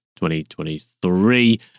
2023